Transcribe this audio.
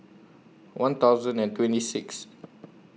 one thousand and twenty six